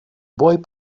boy